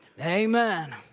Amen